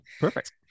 Perfect